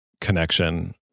connection